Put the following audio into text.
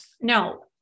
No